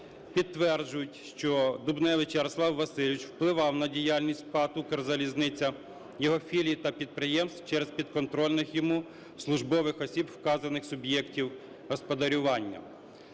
підтверджують, що Дубневич Ярослав Васильович впливав на діяльність ПАТ "Укрзалізниця", його філій та підприємств через підконтрольних йому службових осіб вказаних суб'єктів господарювання.